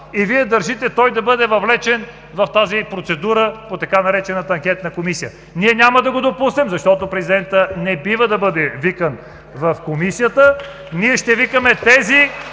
държите той да бъде въвлечен в тази процедура по така наречената „Анкетна комисия“. Ние няма да го допуснем, защото президентът не бива да бъде викан в Комисията. (Ръкопляскания